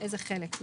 איזה חלק?